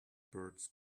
birds